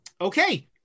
Okay